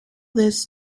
this